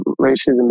racism